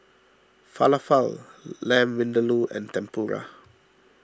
Falafel Lamb Vindaloo and Tempura